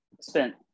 spent